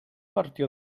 partió